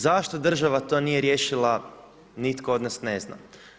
Zašto država to nije riješila, nitko od nas ne zna.